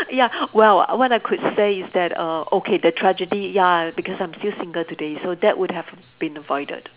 ya well what I could say is that err okay the tragedy ya because I'm still single today so that would have been avoided